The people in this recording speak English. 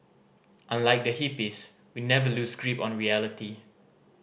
unlike the hippies we never lose grip on reality